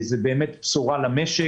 זה באמת בשורה למשק.